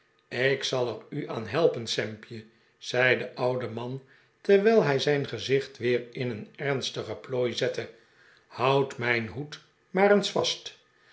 ik zal er u aan helpen sampje zei de oude man terwijl hij zijn gezicht weer in een ernstige plooi zette houd mijn hoed maar eens vast